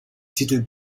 titel